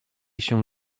się